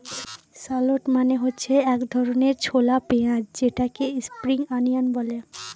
shallot মানে হচ্ছে এক ধরনের ছোলা পেঁয়াজ যেটাকে স্প্রিং অনিয়ন বলে